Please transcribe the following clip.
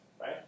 right